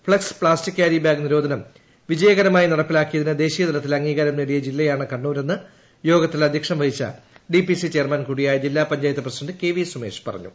flux plastic carry bag നിരോധനം വിജയകര മായി നടപ്പിലാക്കിയതിന് ദേശീയ തലത്തിൽ അംഗീകാരം നേടിയ ജില്ലയാണ് കണ്ണൂരെന്ന് യോഗത്തിൽ അധ്യക്ഷം വഹിച്ച ഡിപിസി ചെയർമാൻ കൂടിയായ ജില്ലാ പഞ്ചായത്ത് പ്രസിഡന്റ് കെ വി സുമേഷ് പറഞ്ഞു